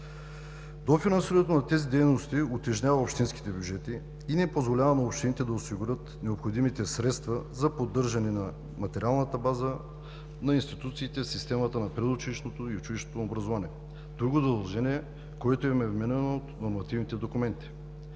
Дофинансирането на тези дейности утежнява общинските бюджети и не позволява на общините да осигурят необходимите средства за поддържане на материалната база на институциите в системата на предучилищното и училищното образование – друго задължение, което им е вменено от нормативните документи.